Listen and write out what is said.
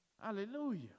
Hallelujah